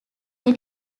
when